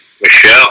Michelle